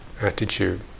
attitude